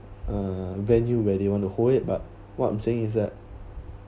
uh venue where they want to hold it but what I'm saying is that